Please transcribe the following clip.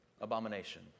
abomination